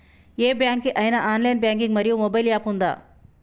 ఏ bank కి ఐనా online banking మరియు మొబైల్ యాప్ ఉందా?